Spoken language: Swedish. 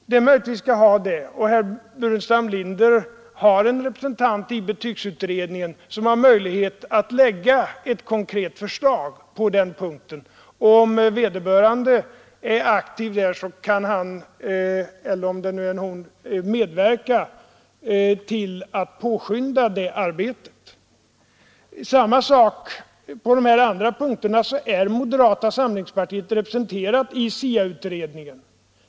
Det är möjligt att vi skall ha det, och herr Burenstam Linders parti har en representant i betygsutredningen som har möjlighet att lägga fram ett konkret förslag på den punkten. Om vederbörande är aktiv där, kan han eller hon medverka till att påskynda arbetet. Samma sak är det på de andra punkterna. Moderata samlingspartiet är representerat i SIA-utredningen.